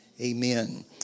amen